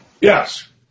Yes